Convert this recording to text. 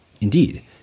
Indeed